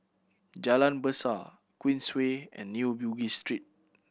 Jalan Besar Queensway and New Bugis Street